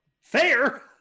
Fair